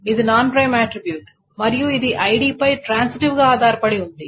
ఇది non prime attribute మరియు ఇది ఐడిపై ట్రాన్సిటివ్ గా ఆధారపడి ఉంది